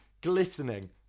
glistening